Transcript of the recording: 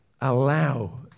Allow